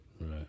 Right